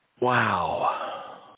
Wow